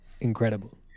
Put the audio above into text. incredible